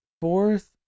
Fourth